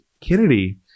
Kennedy